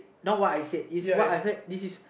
not what I said is what I heard this is